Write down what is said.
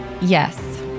Yes